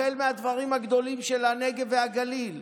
החל מהדברים הגדולים של הנגב והגליל,